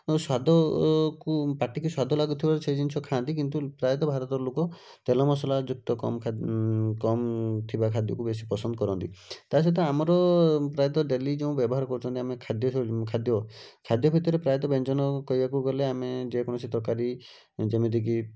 ସ୍ଵାଦକୁ ପାଟିକୁ ସ୍ୱାଦ ଲାଗୁଥିବାରୁ ସେ ଜିନିଷ ଖାଆନ୍ତି କିନ୍ତୁ ପ୍ରାୟତଃ ଭାରତର ଲୋକ ତେଲ ମସଲାଯୁକ୍ତ କମ୍ ଖାଦ୍ୟ କମ୍ ଥିବା ଖାଦ୍ୟକୁ ବେଶି ପସନ୍ଦ କରନ୍ତି ତା'ସହିତ ଆମର ପ୍ରାୟତଃ ଡେଲି ଯେଉଁ ବ୍ୟବହାର କରୁଛନ୍ତି ଆମେ ଖାଦ୍ୟ ଖାଦ୍ୟ ଭିତରେ ପ୍ରାୟତଃ ବ୍ୟଞ୍ଜନ କହିବାକୁ ଗଲେ ଆମେ ଯେକୌଣସି ତରକାରୀ ଯେମିତିକି